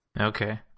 Okay